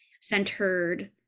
centered